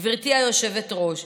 גברתי היושבת-ראש,